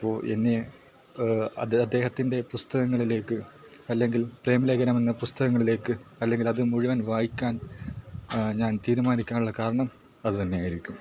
അപ്പോൾ എന്നെ അദ്ദേഹത്തെ അദ്ദേഹത്തിൻ്റെ പുസ്തകങ്ങളിലേക്ക് അല്ലെങ്കിൽ പ്രേമലേഖനം എന്ന പുസ്തകങ്ങളിലേക്ക് അല്ലെങ്കിലത് മുഴുവൻ വായിക്കാൻ ഞാൻ തീരുമാനിക്കാനുള്ള കാരണം അതു തന്നെ ആയിരിക്കും